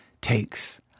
takes